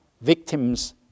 victims